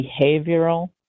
behavioral